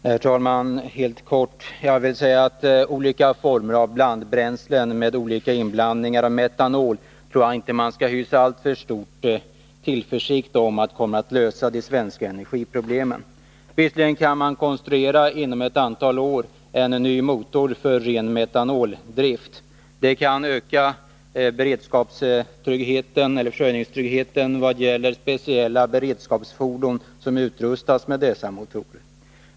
Herr talman! Helt kort: Jag tror inte att man skall hysa alltför stor tillförsikt till att olika former av blandbränslen med olika inblandningar av metanol kommer att lösa de svenska energiproblemen. Visserligen kan man inom ett antal år konstruera en ny motor för ren metanoldrift. Det kan öka försörjningstryggheten vad gäller speciella beredskapsfordon, som utrustas med dessa motorer.